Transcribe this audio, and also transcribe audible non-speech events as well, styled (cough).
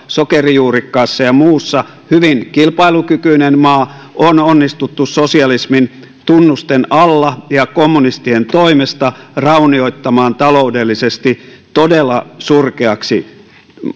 (unintelligible) sokerijuurikkaassa ja muussa hyvin kilpailukykyinen maa on onnistuttu sosialismin tunnusten alla ja kommunistien toimesta raunioittamaan taloudellisesti todella surkeaksi